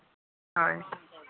ᱦᱳᱭ